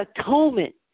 atonement